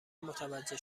متوجه